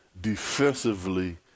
defensively